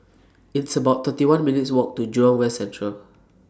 It's about thirty one minutes' Walk to Jurong West Central